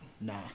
Nah